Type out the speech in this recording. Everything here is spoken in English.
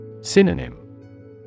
Synonym